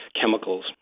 chemicals